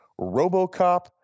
Robocop